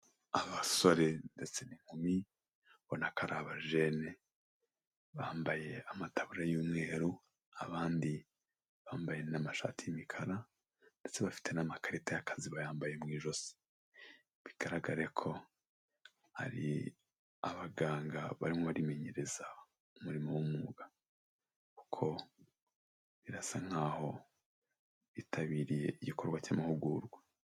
Abasore ndetse n'inkumi, ubona ko ari abajene, bambaye amataburiya y'umweru, abandi bambaye n'amashati y'imikara, ndetse bafite n'amakarita y'akazi bayambaye mu ijosi, bigaragare ko ari abaganga barimo barimenyereza umurimo w'umwuga, kuko birasa nkaho bitabiriye igikorwa cy'amahugurwa.